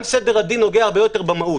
גם סדר הדין נוגע הרבה יותר במהות,